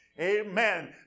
amen